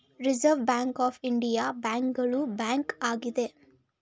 reserve Bank of India ಬ್ಯಾಂಕುಗಳ bank ಆಗಿದೆ